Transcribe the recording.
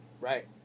Right